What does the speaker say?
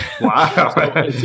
Wow